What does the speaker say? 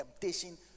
temptation